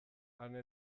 ane